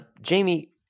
Jamie